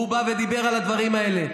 הוא בא ודיבר על הדברים האלה,